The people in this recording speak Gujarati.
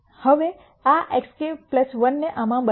હવે આ xk 1 ને આમાં બદલો